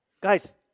Guys